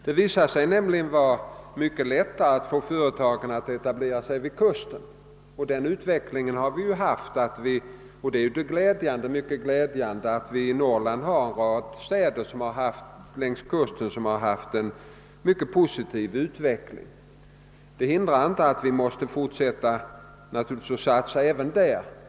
Det visar sig nämligen vara mycket lättare att få företagen att etablera sig vid kusten. Synnerligen glädjande är ju att utvecklingen för några städer längs kusten varit mycket positiv. Det hindrar naturligtvis inte att vi måste fortsätta att satsa även där.